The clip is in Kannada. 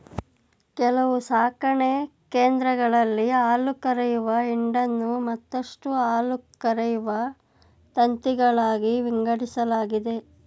ಕೆಲವು ಸಾಕಣೆ ಕೇಂದ್ರಗಳಲ್ಲಿ ಹಾಲುಕರೆಯುವ ಹಿಂಡನ್ನು ಮತ್ತಷ್ಟು ಹಾಲುಕರೆಯುವ ತಂತಿಗಳಾಗಿ ವಿಂಗಡಿಸಲಾಗಿದೆ